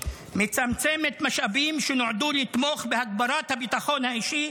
מצמצמת משאבים שנועדו לתמוך בהגברת הביטחון האישי,